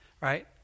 Right